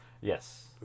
Yes